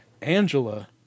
Angela